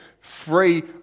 free